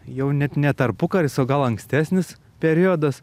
jau net ne tarpukaris o gal ankstesnis periodas